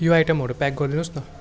यो आइटमहरू प्याक गरिदिनु होस् न